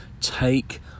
Take